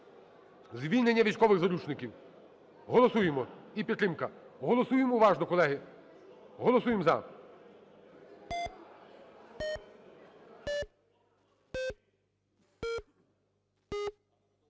звільнення військових заручників. Голосуємо. І підтримка! Голосуємо уважно, колеги. Голосуємо – за.